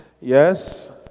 Yes